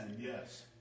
Yes